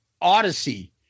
Odyssey